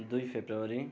दुई फेब्रुअरी